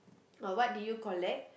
uh what did you collect